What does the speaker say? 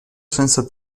senza